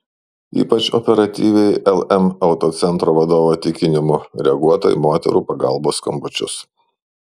ypač operatyviai lm autocentro vadovo tikinimu reaguota į moterų pagalbos skambučius